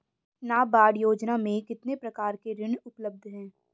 नाबार्ड योजना में कितने प्रकार के ऋण उपलब्ध हैं?